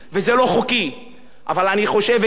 אבל אני חושב, הגיע הזמן שיהיו חוקים כאן,